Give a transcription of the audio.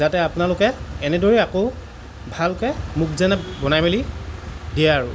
যাতে আপোনালোকে এনেদৰেই আকৌ ভালকৈ মোক যেন বনাই মেলি দিয়ে আৰু